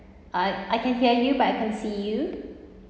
what I can hear you but I can't see you